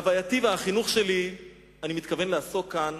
מאהבתי ומהחינוך שלי אני מתכוון לעסוק כאן